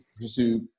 pursue